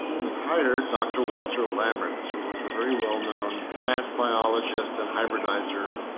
he hired dr. walter lammerts, who was a very well known plant biologists and hybridizer.